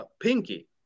Pinky